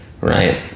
right